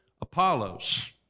Apollos